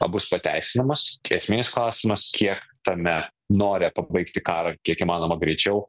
bus pateisinamos esminis klausimas kiek tame nore pabaigti karą kiek įmanoma greičiau